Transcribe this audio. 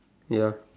ya